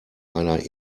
einer